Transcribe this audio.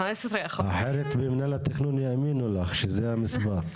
אחרת מינהל התכנון יאמינו לך שזה המספר.